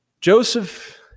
Joseph